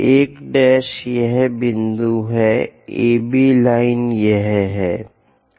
1' यह बिंदु है AB लाइन यह है